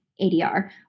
ADR